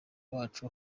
wacu